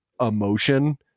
emotion